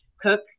cook